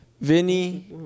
Vinny